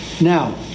Now